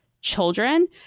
children